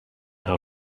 how